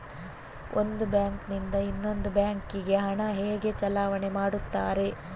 ಒಂದು ಬ್ಯಾಂಕ್ ನಿಂದ ಇನ್ನೊಂದು ಬ್ಯಾಂಕ್ ಗೆ ಹಣ ಹೇಗೆ ಚಲಾವಣೆ ಮಾಡುತ್ತಾರೆ?